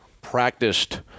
practiced –